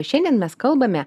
šiandien mes kalbame